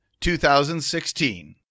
2016